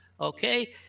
okay